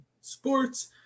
Sports